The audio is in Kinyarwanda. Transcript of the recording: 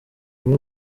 rwo